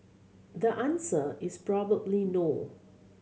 the answer is probably no